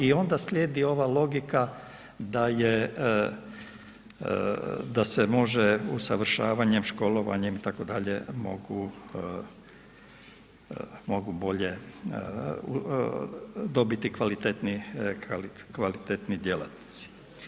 I onda slijedi ova logika da se može usavršavanje, školovanjem itd. mogu bolje dobiti kvalitetniji djelatnici.